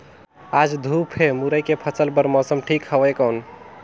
आज धूप हे मुरई के फसल बार मौसम ठीक हवय कौन?